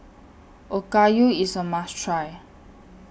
Okayu IS A must Try